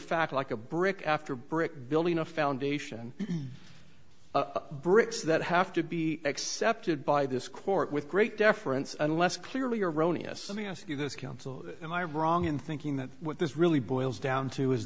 fact like a brick after brick building a foundation of bricks that have to be accepted by this court with great deference unless clearly erroneous let me ask you this counsel and i wrong in thinking that what this really boils down to is